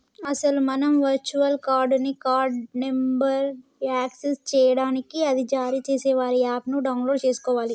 అసలు మనం virtual card ని కార్డు నెంబర్ను యాక్సెస్ చేయడానికి అది జారీ చేసే వారి యాప్ ను డౌన్లోడ్ చేసుకోవాలి